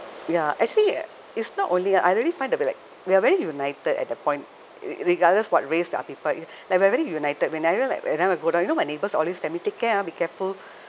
ya actually it's not only I really find that we're like we're very united at the point re~ regardless what race are people like we're very united whenever like whenever I go down you know my neighbours always tell me take care ah be careful